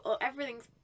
everything's